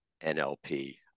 NLP